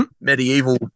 medieval